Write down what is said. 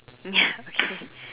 ya okay